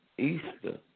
Easter